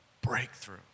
Breakthrough